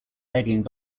begging